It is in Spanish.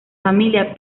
familia